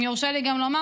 אם יורשה לי גם לומר,